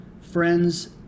friends